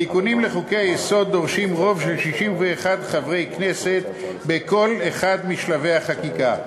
התיקונים לחוקי-היסוד דורשים רוב של 61 חברי כנסת בכל אחד משלבי החקיקה,